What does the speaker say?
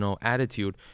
attitude